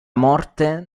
morte